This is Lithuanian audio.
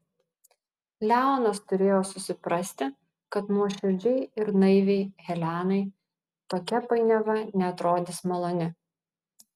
leonas turėjo susiprasti kad nuoširdžiai ir naiviai helenai tokia painiava neatrodys maloni